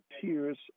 tears